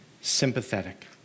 sympathetic